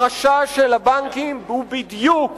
החשש של הבנקים הוא בדיוק